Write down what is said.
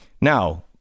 Now